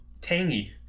tangy